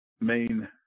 main